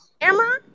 Emma